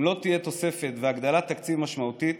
אם לא תהיה תוספת והגדלת תקציב משמעותית,